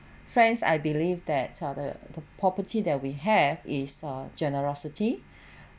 friends I believe that uh the property that we have is err generosity